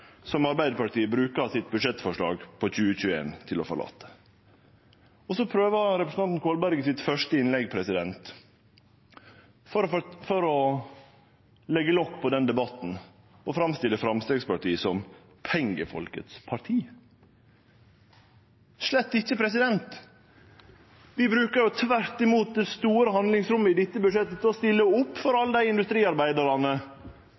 som Arbeidarpartiet bruker sitt budsjettforslag for 2021 til å forlate. Så prøver representanten Kolberg i det første innlegget sitt, for å leggje lokk på den debatten, å framstille Framstegspartiet som pengefolkets parti. Slett ikkje, vi bruker tvert imot det store handlingsrommet i dette budsjettet til å stille opp for